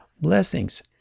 blessings